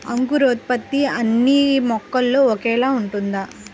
అంకురోత్పత్తి అన్నీ మొక్కలో ఒకేలా ఉంటుందా?